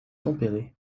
tempéré